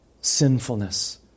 sinfulness